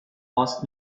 asked